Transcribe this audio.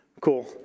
Cool